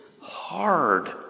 hard